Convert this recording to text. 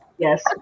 yes